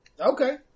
Okay